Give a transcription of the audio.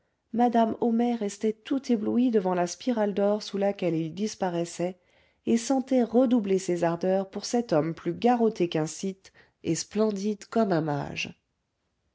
madame homais restait tout éblouie devant la spirale d'or sous laquelle il disparaissait et sentait redoubler ses ardeurs pour cet homme plus garrotté qu'un scythe et splendide comme